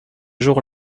jour